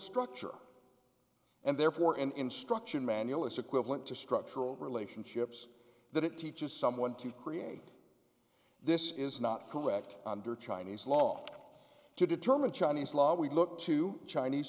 structure and therefore an instruction manual is equivalent to structural relationships that it teaches someone to create this is not correct under chinese law to determine chinese law we look to chinese